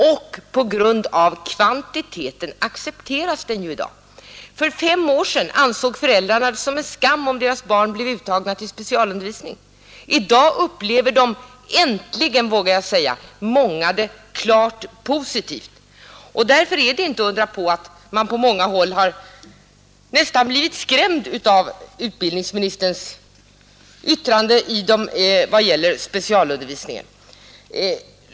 Just på grund av kvantiteten accepteras denna i dag. För fem år sedan ansåg föräldrarna det som en skam, om deras barn blev uttagna till specialundervisning. I dag upplever många — äntligen, vågar jag säga — det som klart positivt. Därför är det inte att undra på att man på många håll nästan har blivit skrämd av utbildningsministerns yttrande vad gäller specialundervisningen.